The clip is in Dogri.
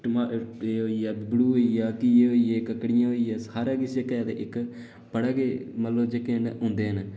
एह् होई गे घीए होई गे कक्कड़ियां होई गेइयां सारा किश केह् आखदे इक मतलब जेह्के होंदे न